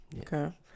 Okay